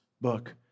book